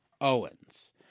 Owens